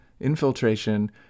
infiltration